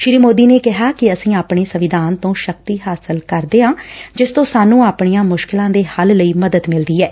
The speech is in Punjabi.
ਸ੍ੀ ਮੋਦੀ ਨੇ ਕਿਹਾ ਕਿ ਅਸੀਂ ਆਪਣੇ ਸੰਵਿਧਾਨ ਤੋਂ ਸ਼ਕਤੀ ਹਾਸਲ ਕਰਦੇ ਹਾਂ ਜਿਸ ਤੋਂ ਸਾਨੂੰ ਆਪਣੀਆਂ ਮੁਸ਼ਕਲਾਂ ਦੇ ਹੱਲ ਲਈ ਮਦਦ ਮਿਲਦੀ ਏ